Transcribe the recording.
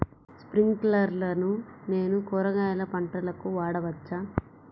స్ప్రింక్లర్లను నేను కూరగాయల పంటలకు వాడవచ్చా?